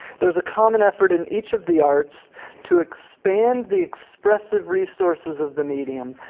there's a common effort in each of the arts to expand the expressive resources of the medium,